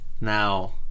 Now